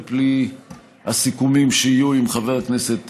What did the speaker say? על פי הסיכומים שיהיו עם חבר הכנסת גליק.